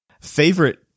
Favorite